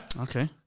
Okay